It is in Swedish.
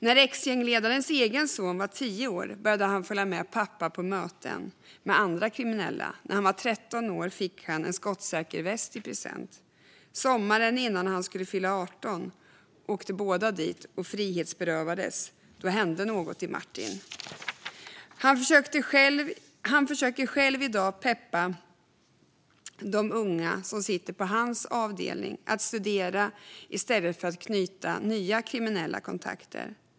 När ex-gängledarens egen son var 10 år började han följa med sin pappa på möten med andra kriminella. När han var 13 år fick han en skottsäker väst i present. Sommaren innan han skulle fylla 18 år åkte båda dit och frihetsberövades. Då hände något i ex-gängledaren Martin. Han försöker i dag peppa de unga som sitter på hans avdelning att studera i stället för att knyta nya kriminella kontakter.